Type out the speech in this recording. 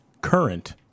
current